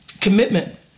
commitment